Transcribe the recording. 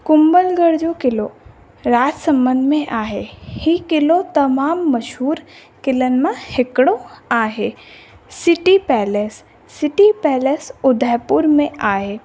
कुंबलगढ़ जो क़िलो राजसमन में आहे ही क़िलो तमामु मशहूर क़िलनि मां हिकिड़ो आहे city palace city palace Udaipur में आहे